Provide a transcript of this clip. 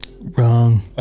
Wrong